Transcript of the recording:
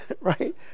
right